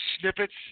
snippets